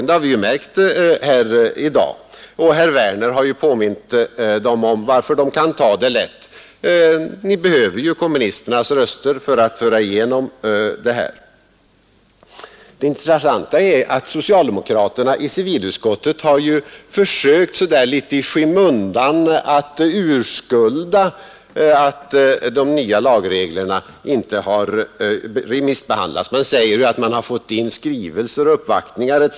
Det har vi märkt i dag. Herr Werner i Tyresö har också påmint dem om orsaken till att de kan ta det lätt — de behöver ju kommunisternas röster för att genomföra lagförslaget och får dem. Det intressanta är att socialdemokraterna i civilutskottet litet i skymundan har försökt att urskulda sig för att de nya lagreglerna inte har remissbehandlats. Man säger att man fått skrivelser, uppvaktningar etc.